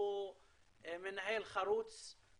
הוא מנהל חרוץ,